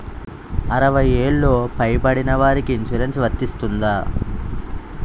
అరవై ఏళ్లు పై పడిన వారికి ఇన్సురెన్స్ వర్తిస్తుందా?